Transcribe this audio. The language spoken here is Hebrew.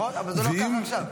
נכון, אבל זה לא כך עכשיו.